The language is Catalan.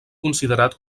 considerat